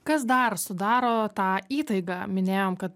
kas dar sudaro tą įtaigą minėjom kad